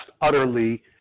utterly